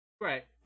Right